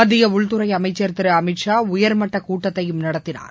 மத்திய உள்துறை அளமச்சர் திரு அமித்ஷா உயர்மட்ட கூட்டத்தையும் நடத்தினார்